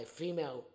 female